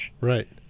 Right